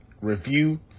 review